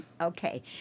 Okay